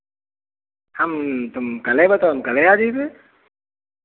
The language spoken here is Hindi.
हम तुम कल्हे बताओ हम कल्हे आ जइबे